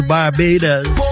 Barbados